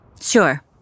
Sure